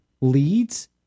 leads